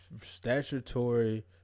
statutory